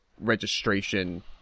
registration